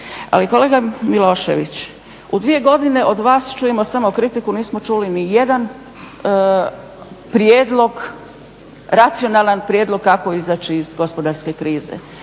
Ali kolega Milošević, u dvije godine od vas čujemo samo kritiku, nismo čuli ni jedan prijedlog, racionalan prijedlog kako izaći iz gospodarske krize